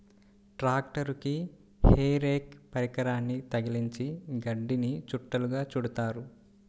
ట్రాక్టరుకి hay rake పరికరాన్ని తగిలించి గడ్డిని చుట్టలుగా చుడుతారు